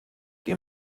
die